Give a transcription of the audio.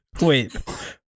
Wait